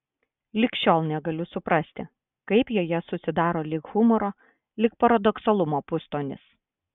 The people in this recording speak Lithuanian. lig šiol negaliu suprasti kaip joje susidaro lyg humoro lyg paradoksalumo pustonis